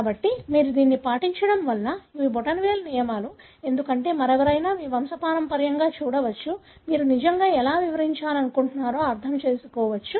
కాబట్టి మీరు దీన్ని పాటించడం వలన ఇవి బొటనవేలు నియమాలు ఎందుకంటే మరెవరైనా మీ వంశపారంపర్యంగా చూడవచ్చు మీరు నిజంగా ఏమి వివరించాలనుకుంటున్నారో అర్థం చేసుకోవచ్చు